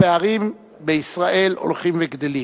הפערים בישראל הולכים וגדלים.